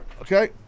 Okay